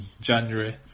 January